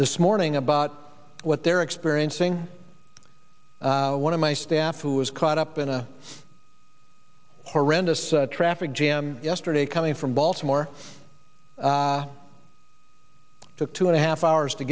this morning about what they're experiencing one of my staff who was caught up in a horrendous traffic jam yesterday coming from baltimore took two and a half hours to